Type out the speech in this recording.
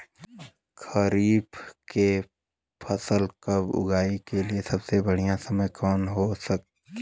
खरीफ की फसल कब उगाई के लिए सबसे बढ़ियां समय कौन हो खेला?